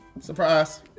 Surprise